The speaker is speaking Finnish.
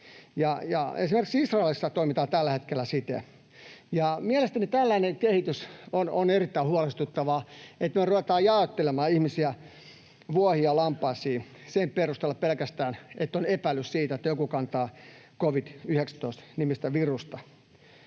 Esimerkiksi Israelissa toimitaan tällä hetkellä siten. Mielestäni tällainen kehitys on erittäin huolestuttavaa, että me ruvetaan jaottelemaan ihmisiä vuohiin ja lampaisiin pelkästään sen perusteella, että on epäilys siitä, että joku kantaa covid-19-nimistä virusta.